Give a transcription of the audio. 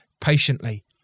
patiently